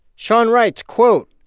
sean writes, quote,